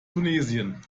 tunesien